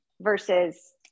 versus